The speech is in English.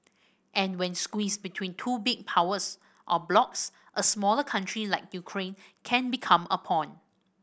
and when squeezed between two big powers or blocs a smaller country like Ukraine can become a pawn